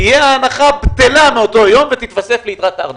תהיה ההנחה בטלה מאותו יום ותתווסף ליתרת הארנונה.